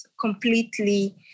completely